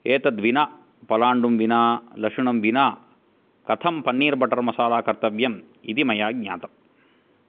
एतद्विना पलाण्डुं विना लशुणं विना कथं पन्नीर्बट्टर्मसाला कर्तव्यम् इति मया ज्ञातम्